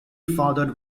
fathered